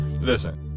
Listen